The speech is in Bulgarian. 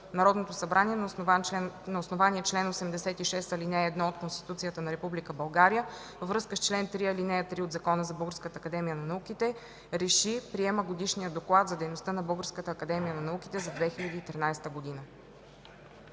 „Народното събрание на основание чл. 86, ал. 1 от Конституцията на Република България, във връзка с чл. 3, ал. 3 от Закона за Българската академия на науките, РЕШИ: Приема Годишния доклад за дейността на Българската академия на науките за 2013 г.”